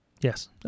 yes